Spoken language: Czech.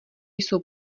jsou